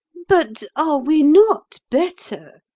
but are we not better,